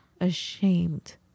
ashamed